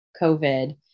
COVID